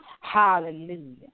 Hallelujah